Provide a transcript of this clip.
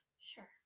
Sure